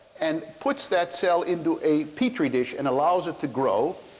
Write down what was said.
and puts that cell into a petri dish, and allows it to grow,